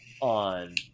on